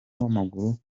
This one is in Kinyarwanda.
w’amaguru